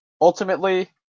Ultimately